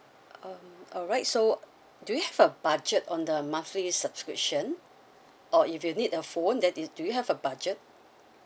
um alright so do you have a budget on the monthly subscription or if you need a phone that it do you have a budget